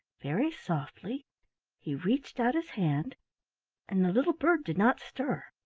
very softly he reached out his hand and the little bird did not stir.